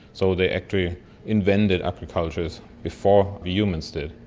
so they actually invented agriculture before the humans did.